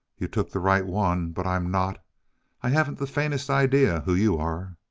you took the right one but i'm not i haven't the faintest idea who you are.